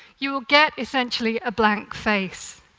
you will get essentially a blank face.